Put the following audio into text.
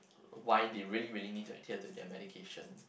why they really really need to attire to their medication